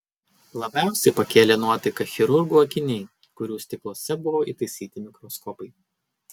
labiausiai pakėlė nuotaiką chirurgų akiniai kurių stikluose buvo įtaisyti mikroskopai